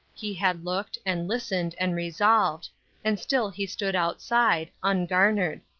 he had looked, and listened, and resolved and still he stood outside, ungarnered.